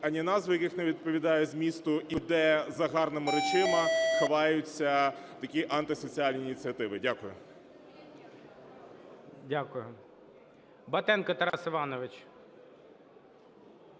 ані назви яких не відповідають змісту, і де за гарними речами ховаються такі антисоціальні ініціативи. Дякую. ГОЛОВУЮЧИЙ. Дякую. Батенко Тарас Іванович.